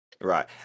Right